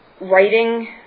writing